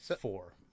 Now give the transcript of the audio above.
four